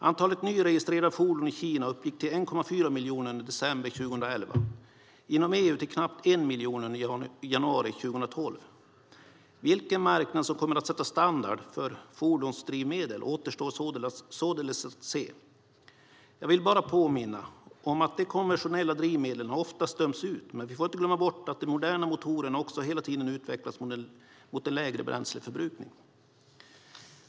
Antalet nyregistrerade fordon i Kina uppgick till 1,4 miljoner under december 2011. Inom EU uppgick det till knappt 1 miljon under januari 2012. Vilken marknad som kommer att sätta standard för fordonsdrivmedel återstår således att se. Jag vill bara påminna om att de konventionella drivmedlen oftast döms ut, men vi får inte glömma bort att de moderna motorerna också hela tiden utvecklas mot en lägre bränsleförbrukning.